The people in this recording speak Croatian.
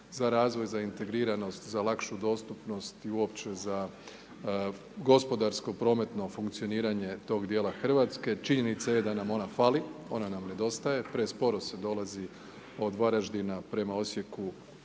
za razvoj, za integriranost, za lakšu dostupnost i uopće za gospodarsko, prometno funkcioniranje tog dijela Hrvatske. Činjenica je da nam ona fali, ona nam nedostaje, presporo se dolazi od Varaždina prema Osijeku,